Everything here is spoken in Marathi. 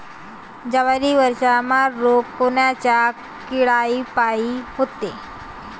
जवारीवरचा मर रोग कोनच्या किड्यापायी होते?